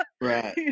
right